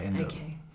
okay